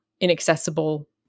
inaccessible